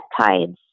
peptides